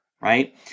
Right